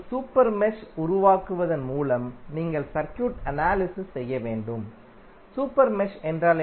ஒரு super mesh உருவாக்குவதன் மூலம் நீங்கள் சர்க்யூட் அனாலிசிஸ் செய்ய வேண்டும் சூப்பர் மெஷ் என்றால்